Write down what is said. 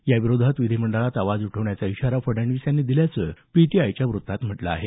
याविरोधात विधीमंडळात आवाज उठवण्याचा इशारा फडणवीस यांनी दिल्याचं पीटीआयच्या व्रत्तात म्हटलं आहे